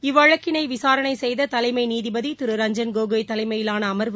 இவ்வழக்கினைவிசாரணைசெய்ததலைமைநீதிபதிதிரு Ranjan Gogoi தலைமையிவானஅம்வு